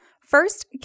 First